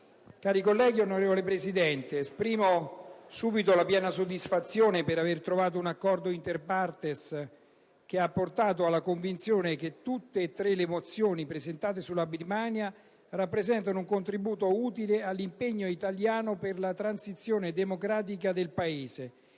Presidente, onorevoli colleghi, esprimo subito la piena soddisfazione per aver trovato un accordo *inter partes* nella convinzione che tutte e tre le mozioni presentate sulla Birmania rappresentano un contributo utile all'impegno italiano per la transizione democratica di quel Paese